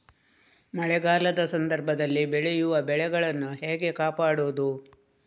ಮಳೆಗಾಲದ ಸಂದರ್ಭದಲ್ಲಿ ಬೆಳೆಯುವ ಬೆಳೆಗಳನ್ನು ಹೇಗೆ ಕಾಪಾಡೋದು?